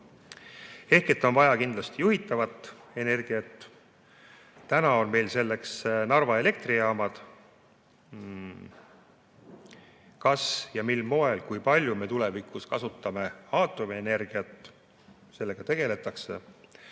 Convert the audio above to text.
Ehk kindlasti on vaja juhitavat energiat. Täna on meil selleks Narva elektrijaamad. Kas ja mil moel ja kui palju me tulevikus kasutame aatomienergiat? Sellega tegeldakse,